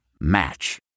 Match